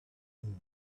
moon